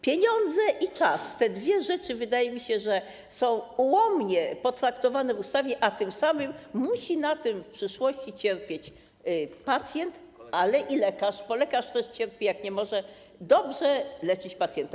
Pieniądze i czas - te dwie rzeczy, wydaje mi się, są ułomnie potraktowane w ustawie, a tym samym musi na tym w przyszłości cierpieć pacjent, ale i lekarz, bo lekarz też cierpi, jak nie może dobrze leczyć pacjenta.